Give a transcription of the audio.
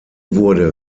wurde